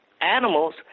animals